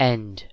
End